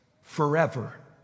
forever